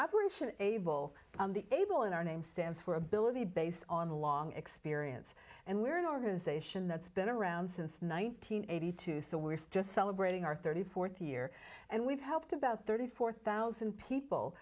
operation able able in our name stands for ability based on long experience and we're an organization that's been around since nineteen eighty two so we're still celebrating our thirty fourth year and we've helped about thirty four thousand people